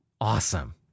Awesome